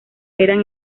eran